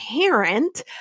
parent